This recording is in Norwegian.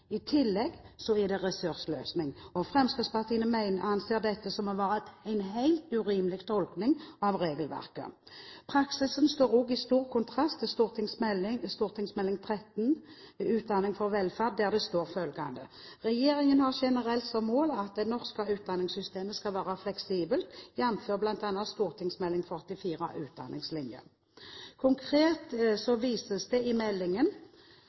I tillegg er det ressurssløsing, og Fremskrittspartiet anser dette som å være en helt urimelig tolkning av regelverket. Praksisen står også i stor kontrast til Meld. St. 13, Utdanning for velferd, der det står: «Regjeringen har generelt som mål at det norske utdanningssystemet skal være fleksibelt, jf. bl.a. St.meld. nr. 44 Utdanningslinja». Konkret vises det i meldingen